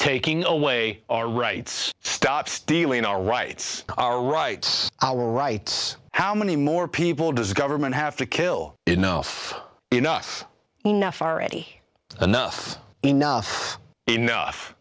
taking away our rights stop stealing our rights our rights our rights how many more people does government have to kill enough enough enough already enough enough enough